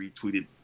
retweeted